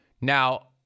Now